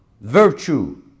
virtue